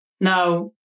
Now